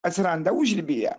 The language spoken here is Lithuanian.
atsiranda užribyje